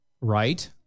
Right